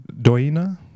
Doina